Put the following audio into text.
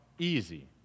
easy